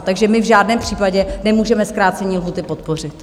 Takže my v žádném případě nemůžeme zkrácení lhůty podpořit.